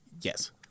Yes